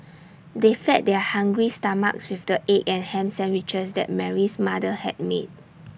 they fed their hungry stomachs with the egg and Ham Sandwiches that Mary's mother had made